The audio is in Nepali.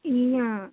इया